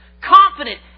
confident